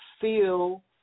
feel